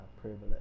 privilege